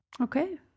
Okay